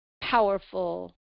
powerful